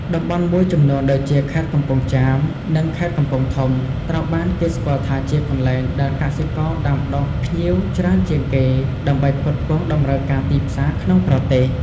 តំបន់មួយចំនួនដូចជា ខេត្តកំពង់ចាម និង ខេត្តកំពង់ធំ ត្រូវបានគេស្គាល់ថាជាកន្លែងដែលកសិករដាំដុះផ្ញៀវច្រើនជាងគេ ដើម្បីផ្គត់ផ្គង់តម្រូវការទីផ្សារក្នុងប្រទេស។